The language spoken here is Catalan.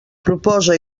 proposa